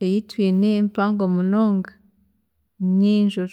eyi twiine mpango munonga n'enjojo.